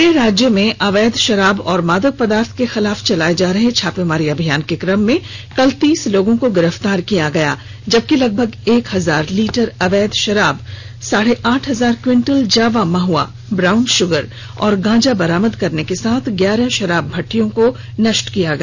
पूरे राज्य में अवैध शराब और मादक पदार्थ के खिलाफ चलाये जा रहे छापेमारी अभियान के क्रम में कल तीस लोगों को गिरफ्तार किया गया जबकि लगभग एक हजार लीटर अवैध शराब साढ़े आठ हजार क्विंटल जावा महआ ब्राउन शुगर और गांजा बरामद करने के साथ ग्यारह शुराब भद्नियों को नष्ट कर दिया गया